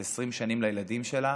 זה 20 שנים לילדים שלה,